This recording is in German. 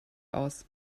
aus